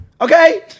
Okay